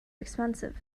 expensive